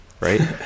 right